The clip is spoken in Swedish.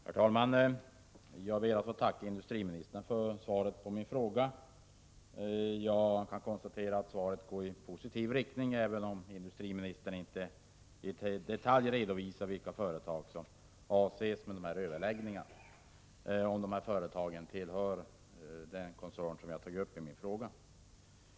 Herr talman! Jag ber att få tacka industriministern för svaret på min fråga. Jag kan konstatera att svaret går i positiv riktning, även om industriministern inte i detalj redovisar vilka företag som avses i samband med dessa överläggningar, om det är företag som tillhör den koncern som jag har tagit upp i min fråga.